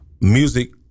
music